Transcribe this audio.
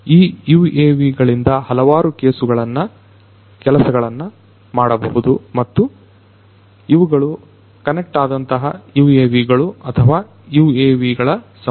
ಈ UAVಗಳಿಂದ ಹಲವಾರು ಕೆಲಸಗಳನ್ನು ಮಾಡಬಹುದು ಮತ್ತು ಇವುಗಳು ಕನೆಕ್ಟ್ಆದಂತಹ UAV ಗಳು ಅಥವಾ UAV ಗಳ ಸಮೂಹ